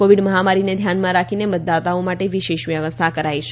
Covid મહામારીને ધ્યાનમાં રાખીને મતદાતાઓ માટે વિશેષ વ્યવસ્થા કરાઈ છે